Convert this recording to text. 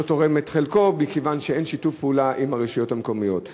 תורם את חלקו מכיוון שאין שיתוף פעולה עם הרשויות המקומיות.